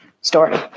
story